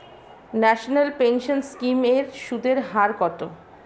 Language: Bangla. ন্যাশনাল পেনশন স্কিম এর সুদের হার কত?